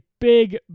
big